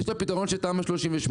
יש לה פתרון של תמ"א 38,